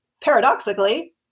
paradoxically